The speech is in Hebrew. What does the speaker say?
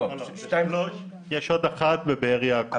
לא, יש עוד אחת בבאר יעקב.